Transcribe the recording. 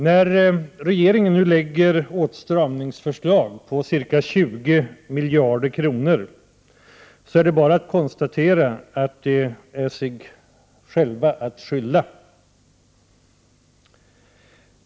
När regeringen nu lägger åtstramningsförslag på ca 20 miljarder kronor är det bara att konstatera att den har sig själv att skylla.